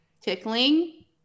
Tickling